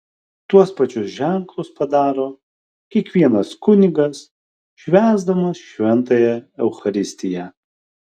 tuos pačius ženklus padaro kiekvienas kunigas švęsdamas šventąją eucharistiją